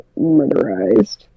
murderized